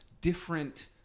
different